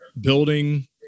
building